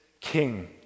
king